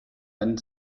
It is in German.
einen